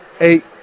eight